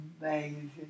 amazing